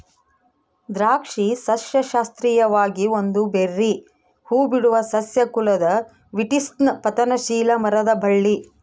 ದ್ರಾಕ್ಷಿ ಸಸ್ಯಶಾಸ್ತ್ರೀಯವಾಗಿ ಒಂದು ಬೆರ್ರೀ ಹೂಬಿಡುವ ಸಸ್ಯ ಕುಲದ ವಿಟಿಸ್ನ ಪತನಶೀಲ ಮರದ ಬಳ್ಳಿ